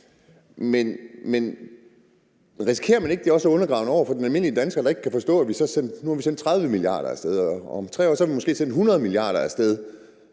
Men risikerer man ikke, at det også er undergravende over for den almindelige dansker, der ikke kan forstå, at nu har vi sendt 30 mia. kr. af sted, og at om 3 år har vi måske sendt 100 mia. kr. af sted,